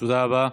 תודה רבה.